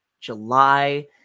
july